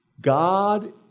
God